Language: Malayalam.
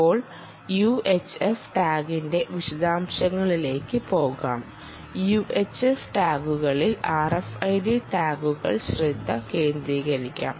ഇപ്പോൾ യുഎച്ച്എഫ് ടാഗിന്റെ വിശദാംശങ്ങളിലേക്ക് പോകാം യുഎച്ച്എഫ് ടാഗുകളിൽ RFID ടാഗുകളിൽ ശ്രദ്ധ കേന്ദ്രീകരിക്കാം